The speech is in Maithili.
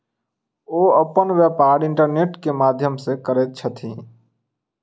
ओ अपन व्यापार इंटरनेट के माध्यम से करैत छथि